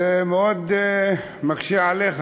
זה מאוד מקשה עליך,